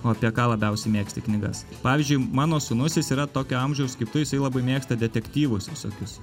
o apie ką labiausiai mėgsti knygas pavyzdžiui mano sūnus jis yra tokio amžiaus kaip tu jisai labai mėgsta detektyvus visokius